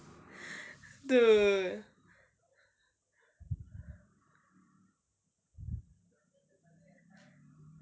dude